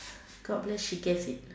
god bless she gets it